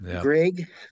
Greg